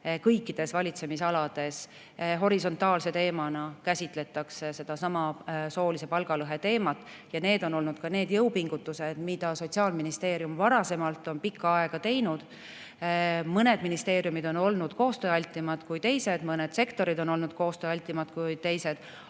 kõikides valitsemisalades käsitletakse horisontaalse teemana soolist palgalõhet. Need on olnud jõupingutused, mida Sotsiaalministeerium on varasemalt pikka aega teinud. Mõned ministeeriumid on olnud koostööaltimad kui teised, mõned sektorid on olnud koostööaltimad kui teised.